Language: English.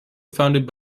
founded